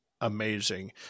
amazing